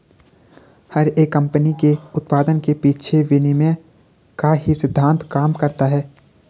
हर एक कम्पनी के उत्पाद के पीछे विनिमय का ही सिद्धान्त काम करता है